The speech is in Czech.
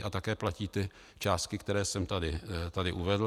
A také platí ty částky, které jsem tady uvedl.